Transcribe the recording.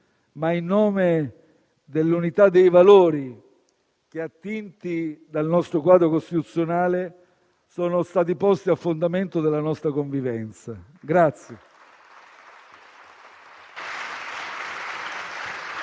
ma in nome dell'unità e dei valori che, attinti dal nostro quadro costituzionale, sono stati posti a fondamento della nostra convivenza.